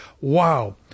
wow